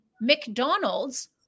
McDonald's